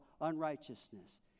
unrighteousness